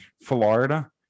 Florida